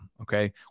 okay